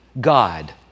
God